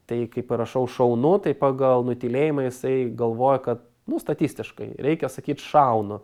tai kai parašau šaunu tai pagal nutylėjimą jisai galvoja kad nu statistiškai reikia sakyti šaunu